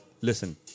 listen